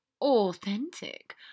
Authentic